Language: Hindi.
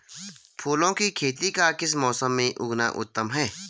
फूलों की खेती का किस मौसम में उगना उत्तम है?